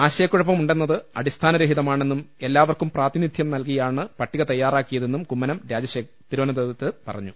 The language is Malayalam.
ആശയക്കുഴപ്പമുണ്ടെന്നത് അടിസ്ഥാന രഹിതമാണെന്നും എല്ലാവർക്കും പ്രാതിനിധ്യം നൽകിയാണ് പട്ടിക തയ്യാറാക്കിയ തെന്നും കുമ്മനം തിരുവനന്തപുരത്ത് പറഞ്ഞു